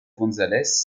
gonzalez